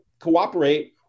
cooperate